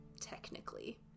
Technically